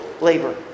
labor